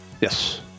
Yes